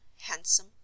handsome